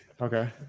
Okay